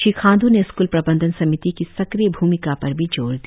श्री खांडू ने स्कूल प्रबंधन समिति की सक्रिय भ्मिका पर भी जोर दिया